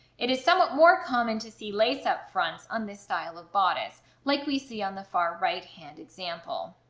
it is somewhat more common to see lace-up fronts on this style of bodice like we see on the far right hand example.